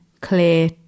clear